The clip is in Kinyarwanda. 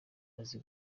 azi